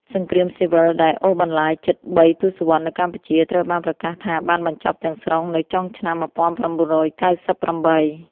សង្គ្រាមស៊ីវិលដែលអូសបន្លាយជិត ៣ ទសវត្សរ៍នៅកម្ពុជា ត្រូវបានប្រកាសថាបានបញ្ចប់ទាំងស្រុងនៅចុងឆ្នាំ១៩៩៨។